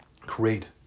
create